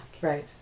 right